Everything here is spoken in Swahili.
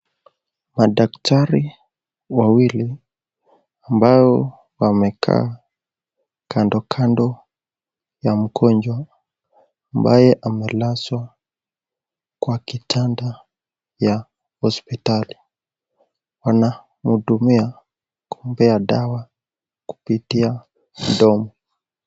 Madaktari wawili ambao wamekaa kando kando ya mgonjwa ambaye amelazwa kwa kitanda ya hosiptali, wanamhudumia kumpea dawa kupitia mdomo.